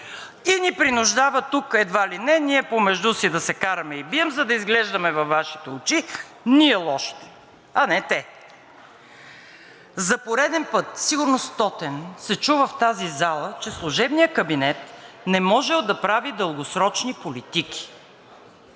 И ни принуждава тук едва ли не помежду си да се караме и бием, за да изглеждаме във Вашите очи ние лошите, а не те. За пореден път, сигурно стотен, се чува в тази зала, че служебният кабинет не можел да прави дългосрочни политики.